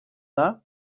dda